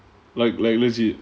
like like legit